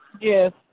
Yes